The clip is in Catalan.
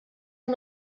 amb